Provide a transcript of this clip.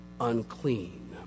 unclean